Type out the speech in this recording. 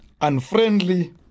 unfriendly